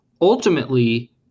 ultimately